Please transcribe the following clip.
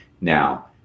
Now